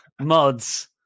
mods